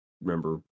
remember